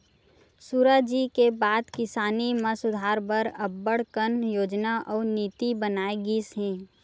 सुराजी के बाद किसानी म सुधार बर अब्बड़ कन योजना अउ नीति बनाए गिस हे